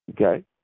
Okay